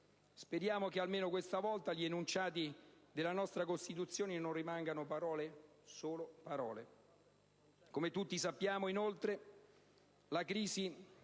speriamo che almeno questa volta gli enunciati della nostra Costituzione non rimangano solo parole. Come tutti sappiamo, inoltre, la crisi